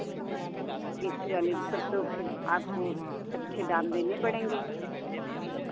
ए C वाली तब तो फिर आपको अच्छे दाम देने पड़ेंगे